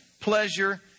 pleasure